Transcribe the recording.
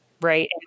right